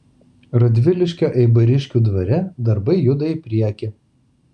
radviliškio eibariškių parke darbai juda į priekį